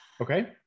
Okay